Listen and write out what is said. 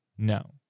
No